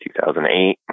2008